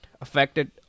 affected